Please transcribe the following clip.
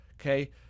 okay